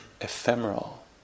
ephemeral